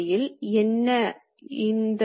எனவே குறுக்கு இயக்கம் இல்லை